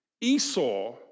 Esau